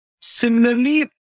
similarly